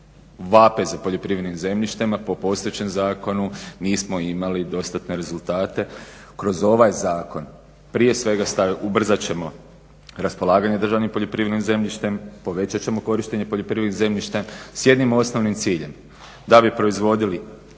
vape za poljoprivrednim zemljištima, a po postojećem zakonu nismo imali dostatne rezultate. Kroz ovaj zakon prije svega ubrzat ćemo raspolaganje državnim poljoprivrednim zemljištem, povećat ćemo korištenje poljoprivrednih zemljišta s jednim osnovnim ciljem da bi proizvodili